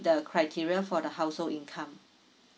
the criteria for the household income